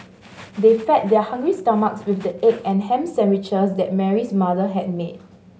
they fed their hungry stomachs with the egg and ham sandwiches that Mary's mother had made